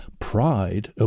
pride